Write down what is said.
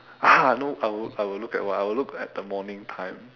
ah I know I would I would look at what I would look at the morning time